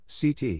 CT